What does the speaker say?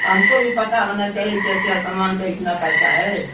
हमको भी पता होना चाहिए क्या क्या सामान का इतना पैसा है